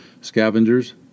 Scavengers